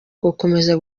gukomeza